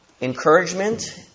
Encouragement